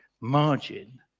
Margin